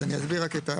אני אסביר רק.